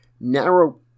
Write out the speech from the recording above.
narrow